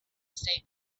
estate